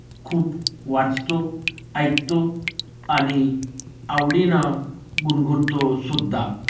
खूप वाचतो ऐकतो आणि आवडीनं गुणगुणतो सुद्धा